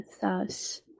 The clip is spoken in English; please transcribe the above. thus